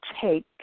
take